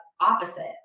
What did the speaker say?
opposite